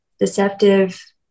deceptive